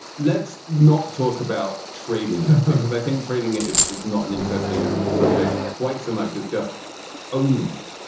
let's not talk about trading because i think trading is is not an interesting subject quite so much as just owning it.